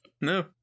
No